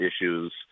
issues